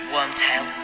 Wormtail